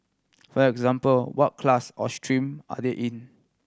for example what class or stream are they in